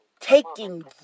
taking